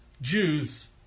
Jews